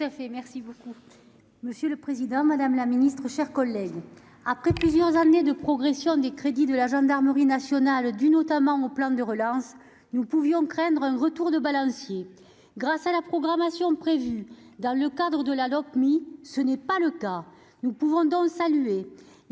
pour avis. Monsieur le président, madame la ministre, mes chers collègues, après plusieurs années de progression des crédits de la gendarmerie nationale due notamment au plan de relance, nous pouvions craindre un retour de balancier. Grâce à la programmation prévue dans le cadre du projet de Lopmi, ce n'est pas le cas. Nous pouvons donc saluer des